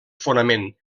fonament